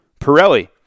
Pirelli